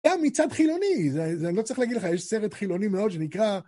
גם מצד חילוני, לא צריך להגיד לך, יש סרט חילוני מאוד שנקרא...